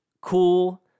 cool